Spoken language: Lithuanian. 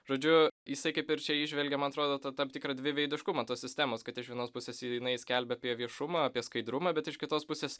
žodžiu jisai kaip ir čia įžvelgia man atrodo tą tam tikrą dviveidiškumą tos sistemos kad iš vienos pusės jinai skelbia apie viešumą apie skaidrumą bet iš kitos pusės